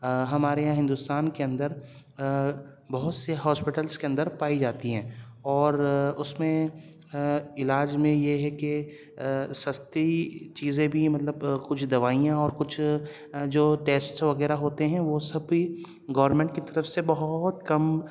ہمارے یہاں ہندوستان کے اندر بہت سے ہوسپٹلس کے اندر پائی جاتی ہیں اور اس میں علاج میں یہ ہے کہ سستی چیزیں بھی مطلب کچھ دوائیاں اور کچھ جو ٹیسٹ وغیرہ ہوتے ہیں وہ سب بھی گورنمنٹ کی طرف سے بہت کم